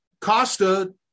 Costa